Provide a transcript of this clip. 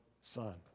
son